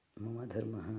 मम धर्मः